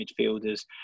midfielders